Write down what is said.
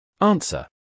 Answer